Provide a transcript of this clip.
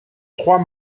trois